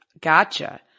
Gotcha